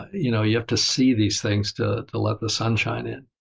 you know you have to see these things to to let the sunshine in.